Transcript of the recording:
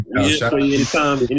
anytime